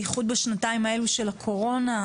בייחוד בשנתיים של הקורונה.